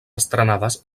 estrenades